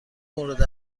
مورد